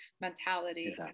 mentality